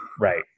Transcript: Right